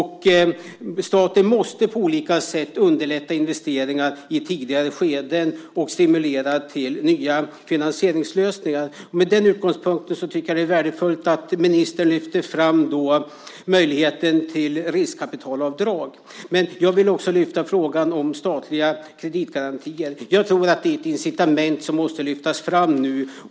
Staten måste på olika sätt underlätta investeringar i tidigare skeden och stimulera till nya finansieringslösningar. Med den utgångspunkten tycker jag att det är värdefullt att ministern lyfter fram möjligheten till riskkapitalavdrag. Men jag vill också lyfta fram frågan om statliga kreditgarantier. Jag tror att det är ett incitament som måste lyftas fram nu.